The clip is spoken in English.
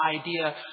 idea